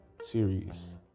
series